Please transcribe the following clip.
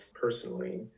personally